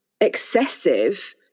excessive